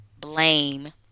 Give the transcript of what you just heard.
blame